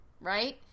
right